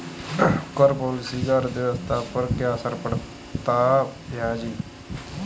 कर पॉलिसी का अर्थव्यवस्था पर क्या असर पड़ता है, भैयाजी?